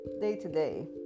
day-to-day